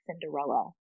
Cinderella